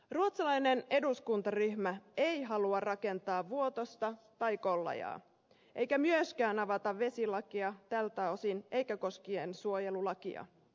ruotsalainen eduskuntaryhmä ei halua rakentaa vuotosta tai kollajaa eikä myöskään avata vesilakia tältä osin eikä koskiensuojelulakia